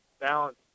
balance